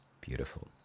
Beautiful